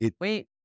Wait